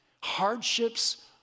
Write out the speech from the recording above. Hardships